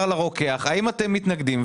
לרוקח, האם אתם מתנגדים?